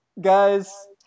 Guys